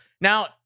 Now